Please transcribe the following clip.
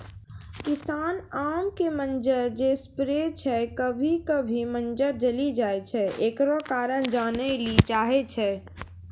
किसान आम के मंजर जे स्प्रे छैय कभी कभी मंजर जली जाय छैय, एकरो कारण जाने ली चाहेय छैय?